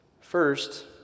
first